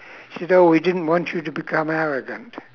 said oh we didn't want you to become arrogant